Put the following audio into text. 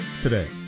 today